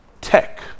tech